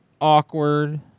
awkward